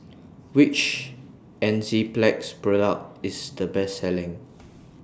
Which Enzyplex Product IS The Best Selling